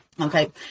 Okay